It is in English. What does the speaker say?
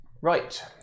right